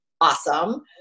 awesome